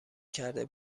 کرده